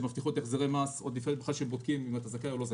שמבטיחות החזרי מס עוד לפני שבכלל בודקים אם אתה זכאי או לא זכאי,